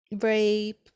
rape